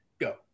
Go